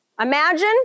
Imagine